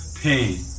pain